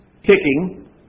kicking